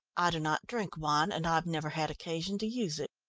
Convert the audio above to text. i do not drink wine, and i've never had occasion to use it.